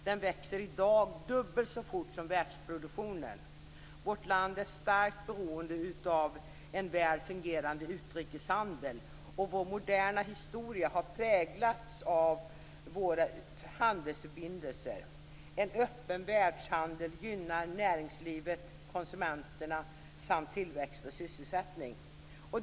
Den växer i dag dubbelt så fort som världsproduktionen. Vårt land är starkt beroende av en väl fungerande utrikeshandel. Vår moderna historia har präglats av våra handelsförbindelser. En öppen världshandel gynnar näringslivet, konsumenterna samt tillväxt och sysselsättning.